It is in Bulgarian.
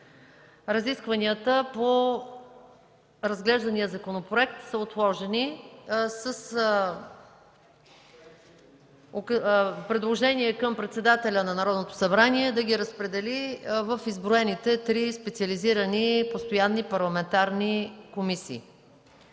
Разискванията по разглеждания законопроект са отложени, с предложение към председателя на Народното събрание да ги разпредели в изброените три специализирани постоянни парламентарни комисии.